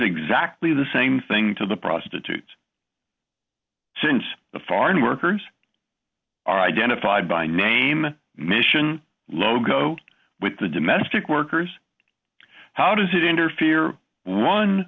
exactly the same thing to the prostitute since the foreign workers are identified by name mission logo with the domestic workers how does it interfere one